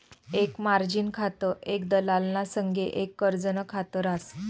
एक मार्जिन खातं एक दलालना संगे एक कर्जनं खात रास